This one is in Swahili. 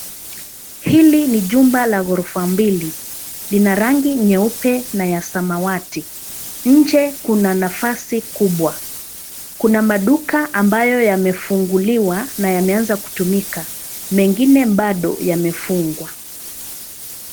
Hili ni jumba la orofa mbili. lina rangi nyeupe na ya samawati . Nje kuna nafasi kubwa kuna maduka ambayo yamefunguliwa na yameanza kutumika. Mengine bado yamefungwa.